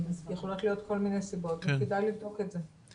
יכולות להיות כל מיני סיבות וכדאי לבדוק את זה.